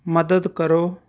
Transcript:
ਮਦਦ ਕਰੋ